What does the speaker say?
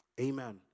Amen